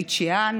בית שאן,